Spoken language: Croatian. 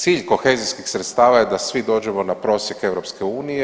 Cilj kohezijskih sredstava je da svi dođemo na prosjek EU.